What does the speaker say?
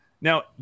Now